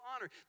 honor